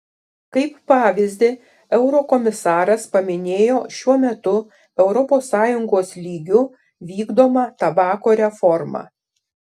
kaip pavyzdį eurokomisaras paminėjo šiuo metu europos sąjungos lygiu vykdomą tabako reformą